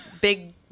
big